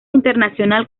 internacional